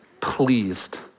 Pleased